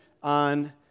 on